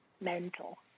mental